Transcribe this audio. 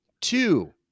Two